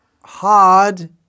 hard